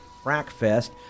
FrackFest